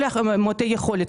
כל מעוטי היכולת,